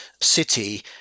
city